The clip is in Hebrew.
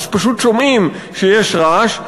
אז פשוט שומעים שיש רעש,